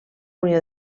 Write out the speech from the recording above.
unió